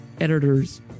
editors